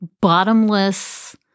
bottomless